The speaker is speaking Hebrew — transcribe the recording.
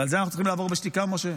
ועל זה אנחנו צריכים לעבור בשתיקה, משה?